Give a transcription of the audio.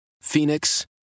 Phoenix